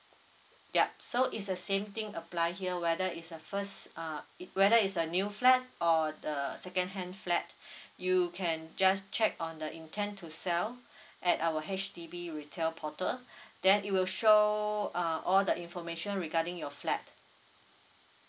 yup so it's the same thing apply here whether it's a first uh it whether it's a new flat or the second hand flat you can just check on the intent to sell at our H_D_B retail portal then it will show uh all the information regarding your flat